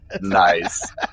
Nice